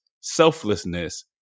selflessness